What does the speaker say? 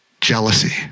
jealousy